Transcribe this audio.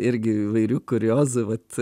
irgi įvairių kuriozų vat